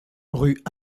rue